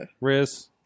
Riz